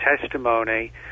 testimony